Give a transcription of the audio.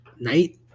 night